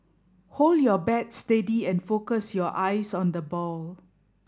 hold your bat steady and focus your eyes on the ball